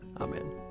Amen